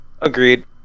Agreed